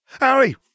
Harry